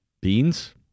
Beans